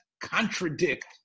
contradict